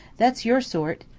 that's your sort!